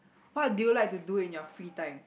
what do you like to do in your free time